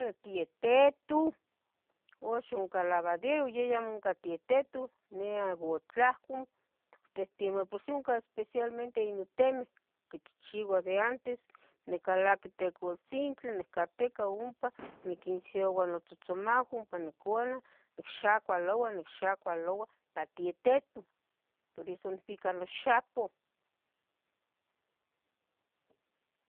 Tietetu, uxa ohnca lavadieru, yeh amo ohca tietetu ne agutlahcu tictehtemua pos ohnca especial ino temeh quichichiua de antes nicalaqui tic utzintli nicateca ompa niquinsiyaua notzotzomahua ompa nucana xicxacualoua, nicxacualoua pa tietetu por eso nicbica noxapoh